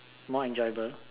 more enjoyable